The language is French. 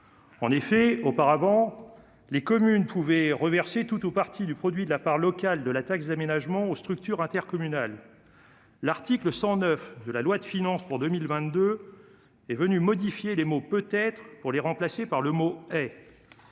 En effet, auparavant, les communes pouvaient reverser tout ou partie du produit de la part locale de la taxe d'aménagement aux structures intercommunales. L'article 109 de la loi de finances pour 2022 est venu modifier les mots « peut-être » pour les remplacer par le mot « est ».